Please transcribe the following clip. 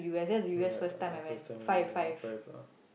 ya first time you went ya five ah